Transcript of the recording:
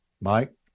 Mike